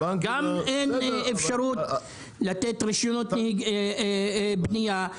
גם אין אפשרות לתת רישיונות בנייה,